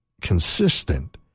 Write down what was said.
consistent